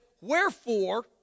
wherefore